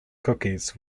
cookies